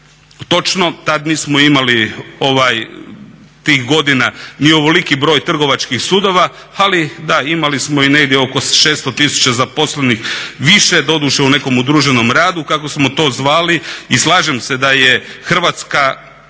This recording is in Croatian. točno tad nismo imali tih godina ni ovoliki broj trgovačkih sudova ali da imali smo i negdje oko 600 tisuća zaposlenih više, doduše u nekom udruženom radu kako smo to zvali. I slažem se da je Hrvatska